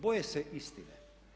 Boje se istine.